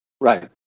Right